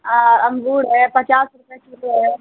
अंगूर है पचास रुपये किलो है